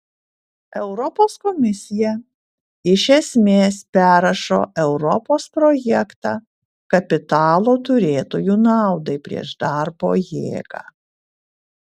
europos komisija iš esmės perrašo europos projektą kapitalo turėtojų naudai prieš darbo jėgą